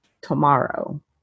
tomorrow